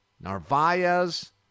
Narvaez